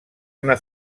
una